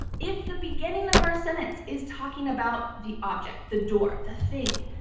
if the beginning of our sentence is talking about the object, the door, the thing.